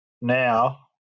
now